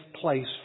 place